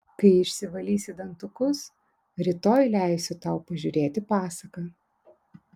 kai išsivalysi dantukus rytoj leisiu tau pažiūrėti pasaką